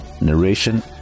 narration